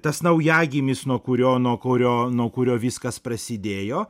tas naujagimis nuo kurio nuo kurio nuo kurio viskas prasidėjo